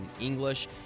English